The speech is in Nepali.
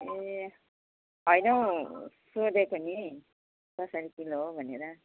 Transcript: ए होइन हौ सोधेको नि कसरी किलो हो भनेर